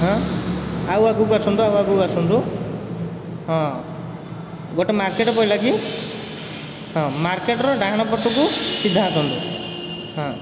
ହଁ ଆଉ ଆଗକୁ ଆସନ୍ତୁ ଆଉ ଆଗକୁ ଆସନ୍ତୁ ହଁ ଗୋଟେ ମାର୍କେଟ୍ ପଡ଼ିଲାକି ହଁ ମାର୍କେଟ୍ ଡାହାଣ ପଟକୁ ସିଧା ଆସନ୍ତୁ ହଁ